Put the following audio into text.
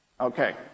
Okay